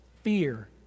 fear